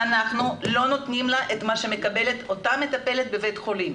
ואנחנו לא נותנים לה את מה שמקבלת אותה מטפלת שעובדת בבית החולים.